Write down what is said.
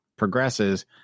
progresses